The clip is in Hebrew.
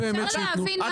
אני חושב שהגענו.